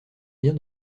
lien